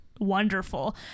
Wonderful